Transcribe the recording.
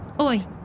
oi